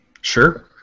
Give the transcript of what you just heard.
Sure